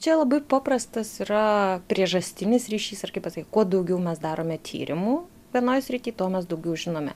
čia labai paprastas yra priežastinis ryšys ar kaip pasakyti kuo daugiau mes darome tyrimų vienoj srity tuo mes daugiau žinome